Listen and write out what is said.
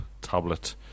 tablet